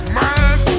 mind